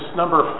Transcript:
number